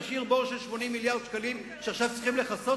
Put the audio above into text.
להשאיר בור של 80 מיליארד שקלים שעכשיו צריך לכסות,